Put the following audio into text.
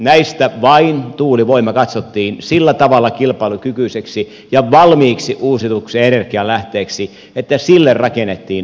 näistä vain tuulivoima katsottiin sillä tavalla kilpailukykyiseksi ja valmiiksi uusiutuvaksi energianlähteeksi että sille rakennettiin oma syöttötariffijärjestelmä